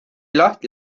lahti